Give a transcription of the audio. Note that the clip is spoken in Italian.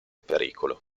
pericolo